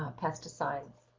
ah pesticides.